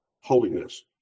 holiness